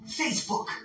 Facebook